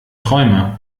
träumer